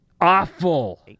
Awful